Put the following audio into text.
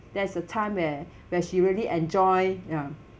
there is a time where where she really enjoy ya